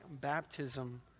baptism